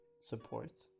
support